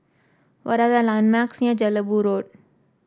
what are the landmarks near Jelebu Road